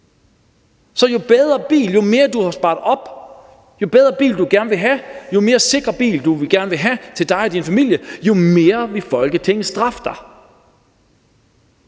købe en bil? Så jo mere du har sparet op, jo bedre bil du gerne vil have, jo mere sikker bil du gerne vil have til dig og din familie, des mere vil Folketinget straffe dig.